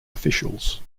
officials